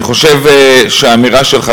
אני חושב שהאמירה שלך,